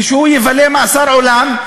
ושהוא יבלה מאסר עולם,